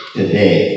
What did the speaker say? today